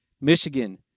Michigan